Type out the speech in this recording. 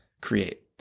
create